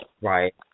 Right